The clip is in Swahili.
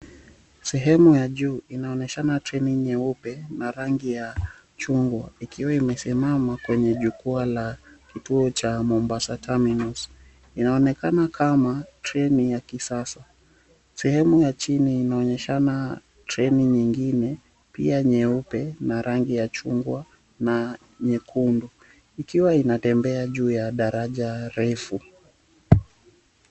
Sehemu ya juu inaonyeshana treni nyeupe na rangi ya chungwa ikiwa imesimama kwenye jukwaa la kituo cha Mombasa Terminus. Inaonekana kama treni ya kisasa. Sehemu ya chini inaonyeshana treni nyingine pia nyeupe na rangi ya chungwa na nyekundu ikiwa inatembea juu ya daraja refu.